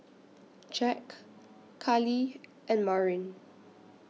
Jack Kalie and Marin